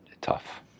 tough